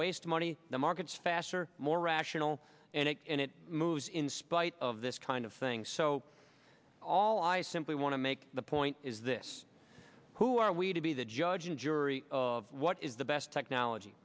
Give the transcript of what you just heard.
waste money the market's faster more rational and it moves in spite of this kind of thing so all all i simply want to make the point is this who are we to be the judge and jury of what is the best technology